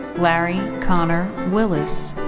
larry connor willis.